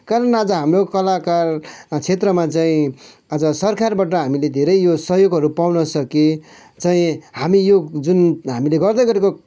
कारण आज हाम्रो कलाकार क्षेत्रमा चाहिँ आज सरकारबाट हामीले धेरै यो सहयोगहरू पाउन सकेचैँ हामी यो जुन हामीले गर्दै गरेको